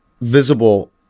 visible